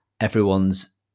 everyone's